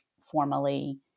formally